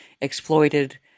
exploited